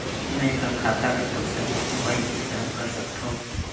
मैं ह खाता कर पईसा ला मोबाइल भुगतान कर सकथव?